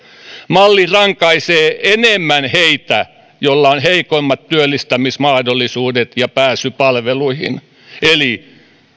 malli rankaisee enemmän heitä joilla on heikommat työllistymismahdollisuudet ja pääsy palveluihin eli